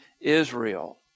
Israel